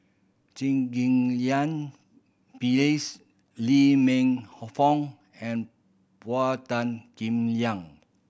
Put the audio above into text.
Ghim Lian Phyllis Lee Man Fong and Paul Tan Kim Liang